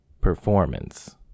performance